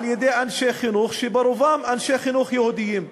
על-ידי אנשי חינוך שברובם הם אנשי חינוך יהודים.